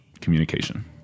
communication